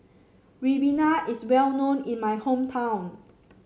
Ribena is well known in my hometown